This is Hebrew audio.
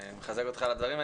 אני מחזק אותך על הדברים.